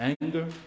Anger